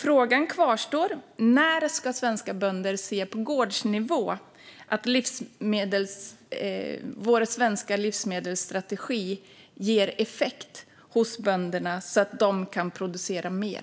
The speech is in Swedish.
Frågan kvarstår: När ska svenska bönder på gårdsnivå se att vår svenska livsmedelsstrategi ger effekt hos bönderna så att de kan producera mer?